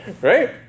right